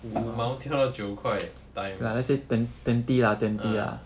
五毛跳到九块 times ah